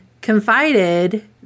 confided